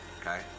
okay